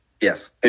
Yes